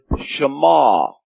shema